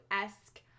esque